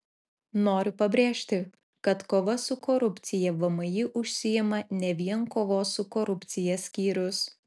noriu pabrėžti kad kova su korupcija vmi užsiima ne vien kovos su korupcija skyrius